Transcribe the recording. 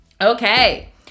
Okay